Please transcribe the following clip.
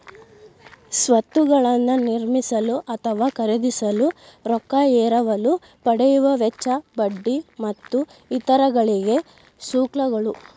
ಸ್ವತ್ತುಗಳನ್ನ ನಿರ್ಮಿಸಲು ಅಥವಾ ಖರೇದಿಸಲು ರೊಕ್ಕಾ ಎರವಲು ಪಡೆಯುವ ವೆಚ್ಚ, ಬಡ್ಡಿ ಮತ್ತು ಇತರ ಗಳಿಗೆ ಶುಲ್ಕಗಳು